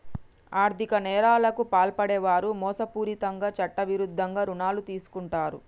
ఆర్ధిక నేరాలకు పాల్పడే వారు మోసపూరితంగా చట్టవిరుద్ధంగా రుణాలు తీసుకుంటరు